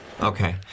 Okay